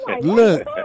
Look